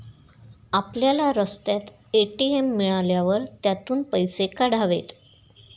आपल्याला रस्त्यात ए.टी.एम मिळाल्यावर त्यातून पैसे काढावेत